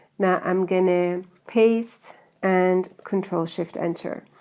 now i'm gonna paste and control shift enter.